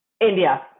India